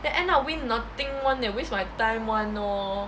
then end up win nothing [one] eh waste my time [one] lor